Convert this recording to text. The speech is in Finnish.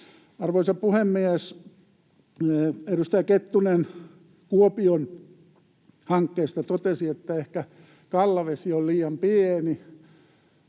Arvoisa puhemies! Edustaja Kettunen totesi Kuopion hankkeista, että ehkä Kallavesi on liian pieni.